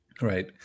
Right